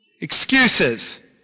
excuses